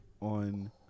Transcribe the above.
on